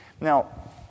Now